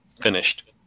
finished